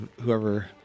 whoever